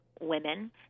women